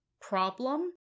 problem